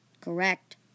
Correct